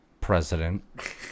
president